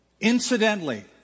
Incidentally